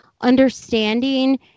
understanding